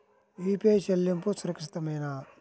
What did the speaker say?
UPI చెల్లింపు సురక్షితమేనా?